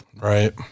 Right